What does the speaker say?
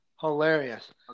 hilarious